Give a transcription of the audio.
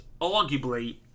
arguably